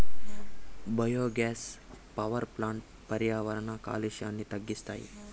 biogas power ప్లాంట్లు పర్యావరణ కాలుష్యాన్ని తగ్గిస్తాయి